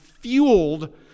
fueled